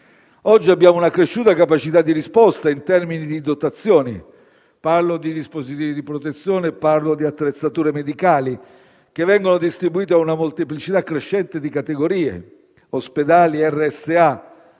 Oggi abbiamo un'accresciuta capacità di risposta in termini di dotazioni (dispositivi di protezione e attrezzature medicali), che vengono distribuite a una molteplicità crescente di categorie: ospedali, RSA,